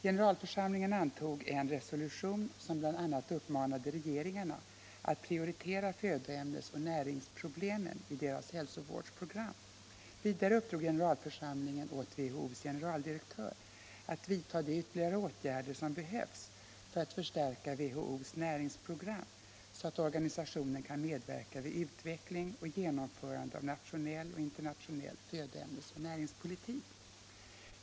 Generalförsamlingen antog en resolution som bl.a. uppmanade regeringarna att prioritera födoämnesoch näringsproblemen i deras hälsovårdsprogram. Vidare uppdrog generalförsamlingen åt WHO:s generaldirektör att vidta de ytterligare åtgärder som behövs för att förstärka WHO:s näringsprogram, så att organisationen kan medverka vid utveckling och genomförande av nationell och internationell födoämnesoch näringspolitik.